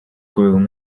groom